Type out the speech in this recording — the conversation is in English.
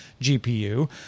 GPU